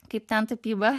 kaip ten tapybą